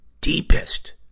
deepest